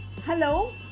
hello